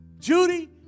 Judy